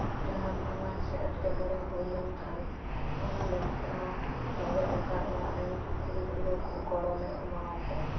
ᱡᱟᱦᱟᱱ ᱟᱱᱟᱴ ᱥᱮ ᱮᱴᱠᱮᱴᱚᱲᱮ ᱦᱩᱭᱞᱮᱱᱠᱷᱟᱱ ᱚᱱᱟ ᱞᱟᱹᱜᱤᱫ ᱛᱮᱦᱚᱸ ᱨᱮᱸᱜᱮᱡ ᱱᱟᱪᱟᱨ ᱚᱲᱟᱜ ᱨᱮᱱ ᱠᱩᱲᱤ ᱜᱤᱫᱽᱨᱟᱹᱠᱩ ᱜᱚᱲᱚᱞᱮ ᱮᱢᱟᱠᱚᱣᱟ